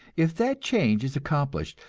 if that change is accomplished,